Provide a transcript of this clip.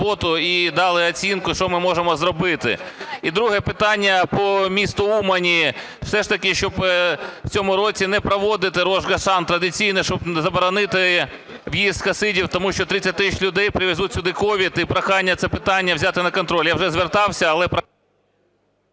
роботу і дали оцінку, що ми можемо зробити. І друге питання по місту Умані. Все ж таки щоб в цьому році не проводити Рош га-Шана традиційне, щоби заборонити в'їзд хасидів, тому що 30 тисяч людей привезуть сюди COVID. І прохання це питання взяти на контроль. Я вже звертався, але…